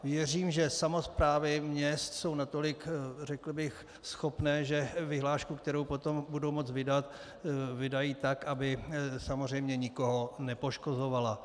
Věřím, že samosprávy měst jsou natolik schopné, že vyhlášku, kterou potom budou moci vydat, vydají tak, aby samozřejmě nikoho nepoškozovala.